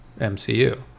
MCU